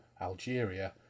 Algeria